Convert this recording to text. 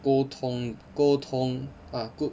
沟通沟通 ah good